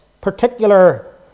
particular